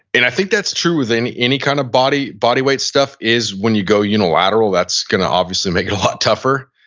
and i think that's true with any any kind of body body weight stuff is when you go unilateral, that's gonna obviously make it a lot tougher.